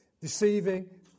deceiving